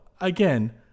Again